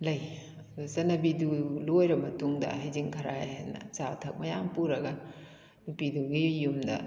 ꯂꯩ ꯑꯗꯣ ꯆꯠꯅꯕꯤꯗꯨ ꯂꯣꯏꯔꯕ ꯃꯇꯨꯡꯗ ꯍꯩꯖꯤꯡ ꯈꯔꯥꯏ ꯍꯥꯏꯗꯅ ꯑꯆꯥ ꯑꯊꯛ ꯃꯌꯥꯝ ꯄꯨꯔꯒ ꯅꯨꯄꯤꯗꯨꯒꯤ ꯌꯨꯝꯗ